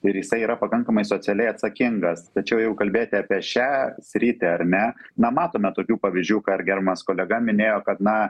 ir jisai yra pakankamai socialiai atsakingas tačiau jeigu kalbėti apie šią sritį ar ne na matome tokių pavyzdžių ką ir gerbiamas kolega minėjo kad na